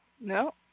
no